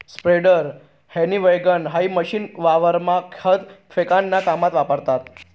spreader, हनी वैगण हाई मशीन वावरमा खत फेकाना काममा वापरतस